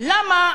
למה